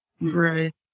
Right